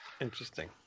Interesting